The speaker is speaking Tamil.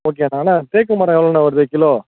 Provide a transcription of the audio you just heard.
ஓகேண்ணே அண்ணே தேக்கு மரம் எவ்வளோண்ண வருது கிலோ